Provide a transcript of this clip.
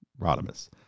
Rodimus